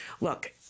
look